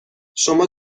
شما